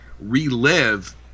relive